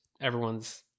everyone's